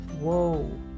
Whoa